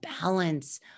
balance